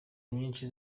nyinshi